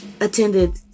attended